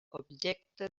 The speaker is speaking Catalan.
objecte